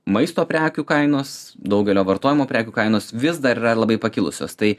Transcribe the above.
maisto prekių kainos daugelio vartojimo prekių kainos vis dar yra labai pakilusios tai